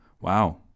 Wow